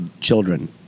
children